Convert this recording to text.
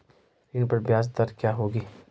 ऋण पर ब्याज दर क्या होगी?